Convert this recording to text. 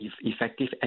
effective